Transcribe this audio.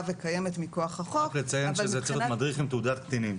וקיימת מכוח החוק --- רק לציין שזה צריך להיות מדריך עם תעודת קטינים.